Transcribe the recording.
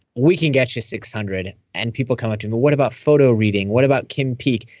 we can get you six hundred and people come up to him, but what about photo reading? what about kim peek?